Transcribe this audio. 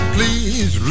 Please